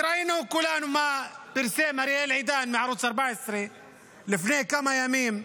וראינו כולנו מה פרסם אריאל עידן מערוץ 14 לפני כמה ימים.